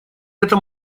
этом